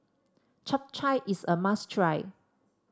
Chap Chai is a must try